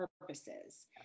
purposes